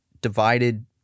divided